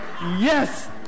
Yes